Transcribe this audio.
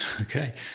Okay